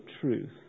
truth